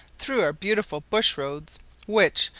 through our beautiful bush roads which,